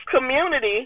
community